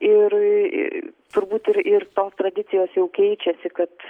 ir turbūt ir ir tos tradicijos jau keičiasi kad